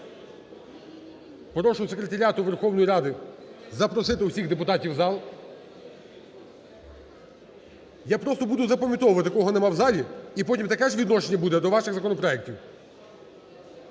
Прошу Секретаріат Верховної Ради запросити усіх депутатів в зал. Я просто буду запам'ятовувати кого нема в залі і потім таке ж відношення буде до ваших законопроектів.